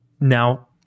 now